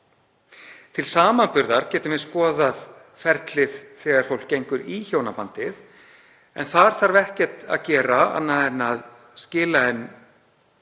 Til samanburðar getum við skoðað ferlið þegar fólk gengur í hjónaband. Þar þarf ekkert að gera annað en að skila inn